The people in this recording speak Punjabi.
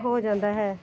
ਹੋ ਜਾਂਦਾ ਹੈ